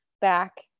back